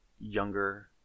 younger